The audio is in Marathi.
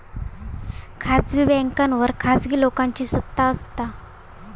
खासगी बॅन्कांवर खासगी लोकांची सत्ता असता